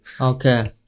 Okay